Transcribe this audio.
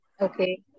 okay